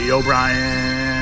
O'Brien